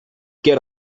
get